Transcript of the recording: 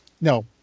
No